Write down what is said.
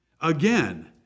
Again